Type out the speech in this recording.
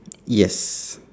yes